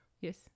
yes